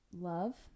love